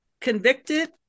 convicted